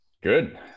Good